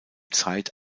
zeit